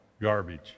garbage